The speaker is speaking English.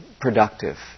productive